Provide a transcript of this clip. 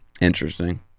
Interesting